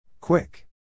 Quick